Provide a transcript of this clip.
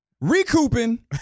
recouping